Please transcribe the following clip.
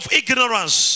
ignorance